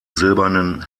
silbernen